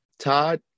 Todd